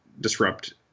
disrupt